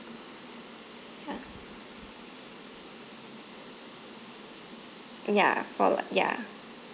ya ya for like ya